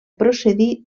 procedir